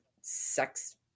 sex